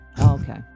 Okay